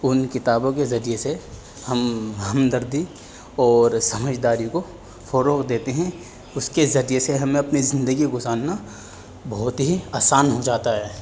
ان کتابوں کے ذریعے سے ہم ہمدردی اور سمجھداری کو فروغ دیتے ہیں اس کے ذریعے سے ہمیں اپنی زندگی گزارنا بہت ہی آسان ہو جاتا ہے